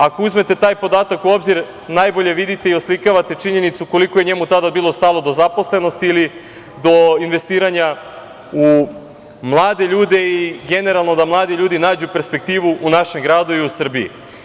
Ako uzmete taj podatak u obzir najbolje vidite i oslikavate činjenicu koliko je njemu tada bilo stalo do zaposlenosti ili do investiranja u mlade ljude i generalno da mladi ljudi nađu perspektivu u našem gradi i u Srbiji.